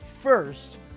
first